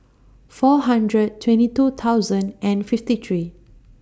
four hundred twenty two thousand and fifty three